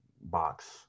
box